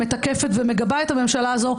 שמתקפת ומגבה את הממשלה הזאת,